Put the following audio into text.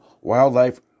Wildlife